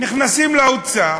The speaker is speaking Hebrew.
נכנסים לאוצר,